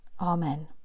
Amen